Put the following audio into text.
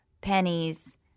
pennies